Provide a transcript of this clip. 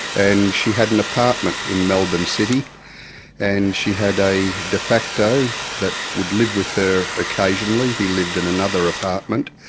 and she had an apartment in melbourne city and she had a de facto that would live with her occasionally. he lived in another apartment.